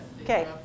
okay